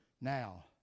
Now